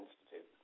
Institute